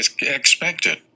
expected